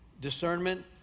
discernment